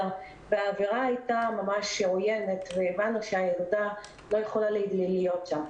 והאווירה הייתה ממש עוינת והבנו שהילדה לא יכולה להיות שם.